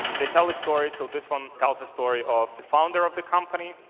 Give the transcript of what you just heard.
they tell the story. so this one tells the story of the founder of the company.